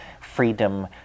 freedom